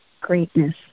greatness